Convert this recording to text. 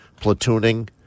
platooning